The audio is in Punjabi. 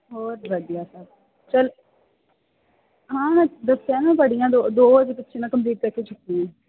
ਹੋਰ ਵਧੀਆ ਸਭ ਚਲ ਹਾਂ ਦੱਸਿਆ ਨਾ ਬੜੀਆ ਦੋ ਦੋ ਇਹਦੇ ਪਿੱਛੇ ਮੈਂ ਕੰਪਲੀਟ ਕਰਕੇ ਛੁੱਟੀ ਹਾਂ